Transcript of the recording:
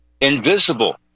Invisible